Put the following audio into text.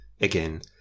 again